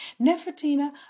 Nefertina